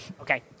Okay